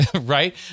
right